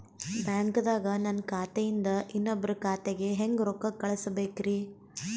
ಬ್ಯಾಂಕ್ದಾಗ ನನ್ ಖಾತೆ ಇಂದ ಇನ್ನೊಬ್ರ ಖಾತೆಗೆ ಹೆಂಗ್ ರೊಕ್ಕ ಕಳಸಬೇಕ್ರಿ?